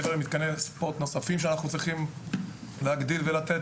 מעבר למתקני ספורט נוספים שאנחנו צריכים להגדיל ולתת,